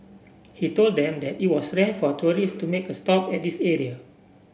he told them that it was rare for tourist to make a stop at this area